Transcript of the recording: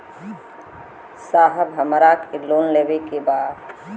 साहब हमरा के लोन लेवे के बा